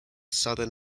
southern